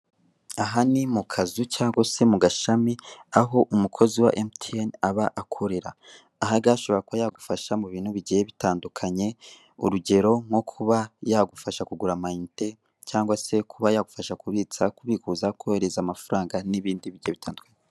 Aha ni mu kazi cyangwa se mu gashami, aho umukozi wa MTN aba akorera. Ashobora kuba yagufasha mu bintu bigiye bitandukanye. Urugero: Ashobora kuba yagufasha kugura amayinite cyangwa se kuba yagufasha, kubitsa, kubikuza amafaranga n'ibindi bitandukanye.